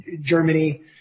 Germany